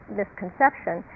misconception